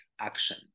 action